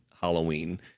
halloween